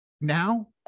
now